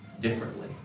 differently